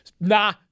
Nah